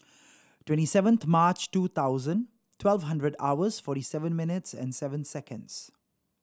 twenty seventh March two thousand twelve hundred hours forty seven minutes and seven seconds